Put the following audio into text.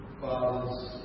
father's